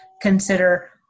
consider